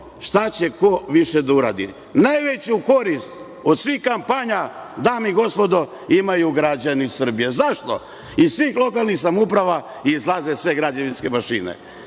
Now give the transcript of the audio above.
šta će ko više da uradi. Najveću korist od svih kampanja, dame i gospodo, imaju građani Srbije. Zašto? Iz svih lokalnih samouprava izlaze sve građevinske mašine